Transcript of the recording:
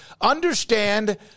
understand